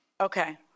Okay